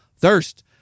Thirst